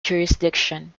jurisdiction